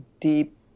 deep